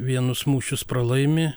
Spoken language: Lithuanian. vienus mūšius pralaimi